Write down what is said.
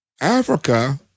Africa